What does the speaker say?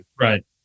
Right